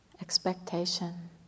expectation